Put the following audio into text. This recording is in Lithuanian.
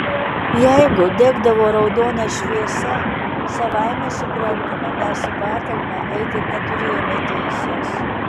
jeigu degdavo raudona šviesa savaime suprantama mes į patalpą eiti neturėjome teisės